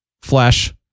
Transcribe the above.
flash